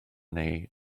neu